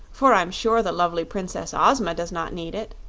for i'm sure the lovely princess ozma does not need it.